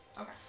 Okay